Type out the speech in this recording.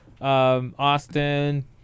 Austin